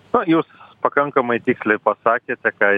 na jūs pakankamai tiksliai pasakėte ką